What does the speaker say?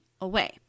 away